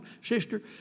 sister